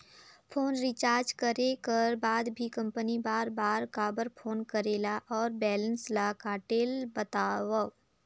Phone recharge करे कर बाद भी कंपनी बार बार काबर फोन करेला और बैलेंस ल काटेल बतावव?